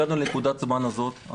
הגענו לנקודת זמן הזאת,